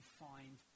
find